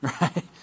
Right